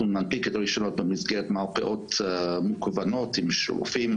אנחנו נפיק את הרשיונות במסגרת מרפאות מקוונות עם רופאים,